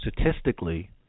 statistically